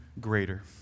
greater